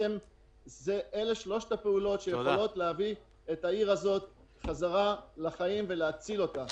אלה שלוש הפעולות שיכולות להביא את העיר הזאת חזרה לחיים ולהציל אותה.